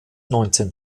neunzehn